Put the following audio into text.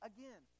Again